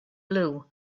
blue